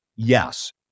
yes